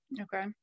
Okay